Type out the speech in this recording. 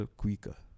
quicker